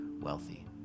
wealthy